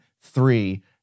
three